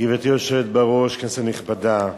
גברתי היושבת בראש, כנסת נכבדה,